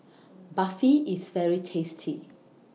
Barfi IS very tasty